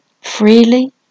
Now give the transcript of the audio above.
freely